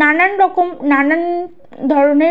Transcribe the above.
নানান রকম নানান ধরনের